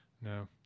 No